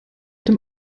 dem